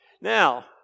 Now